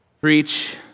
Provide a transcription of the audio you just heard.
preach